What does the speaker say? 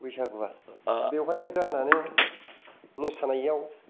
बैसागुआ बेवहायनो गानानो मोसानायाव